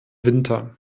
winter